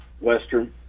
Western